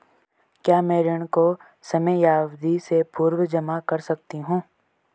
क्या मैं ऋण को समयावधि से पूर्व जमा कर सकती हूँ?